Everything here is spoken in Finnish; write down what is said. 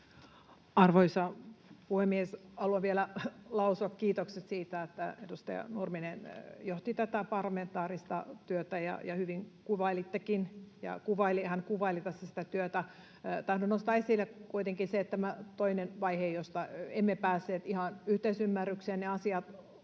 Arvoisa puhemies! Haluan vielä lausua kiitokset siitä, että edustaja Nurminen johti tätä parlamentaarista työtä, ja hän hyvin kuvaili tässä sitä työtä. Tahdon nostaa esille kuitenkin tämän toisen vaiheen, josta emme päässeet ihan yhteisymmärrykseen. Ne asiat